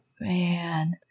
Man